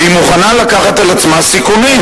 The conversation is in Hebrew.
והיא מוכנה לקחת על עצמה סיכונים,